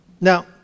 Now